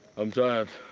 i'm tired.